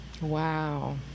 Wow